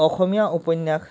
অসমীয়া উপন্যাস